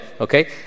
okay